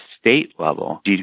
state-level